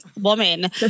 woman